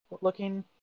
looking